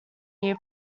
year